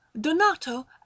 Donato